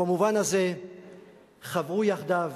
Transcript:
ובמובן הזה חברו יחדיו